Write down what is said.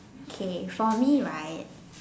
K for me right